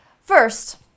First